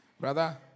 brother